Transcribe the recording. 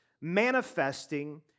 manifesting